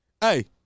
hey